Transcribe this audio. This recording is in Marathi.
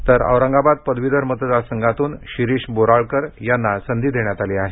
तर औरंगाबाद पदवीधर मतदारसंघातून शिरीष बोराळकर यांना संधी देण्यात आली आहे